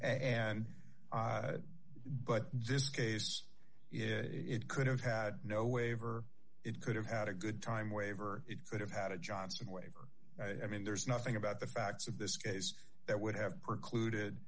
and but this case it could have had no waiver it could have had a good time waiver it could have had a johnson waiver i mean there's nothing about the facts of this case that would have